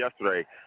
yesterday